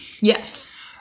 Yes